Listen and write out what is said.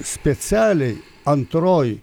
specialiai antroj